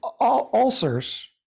ulcers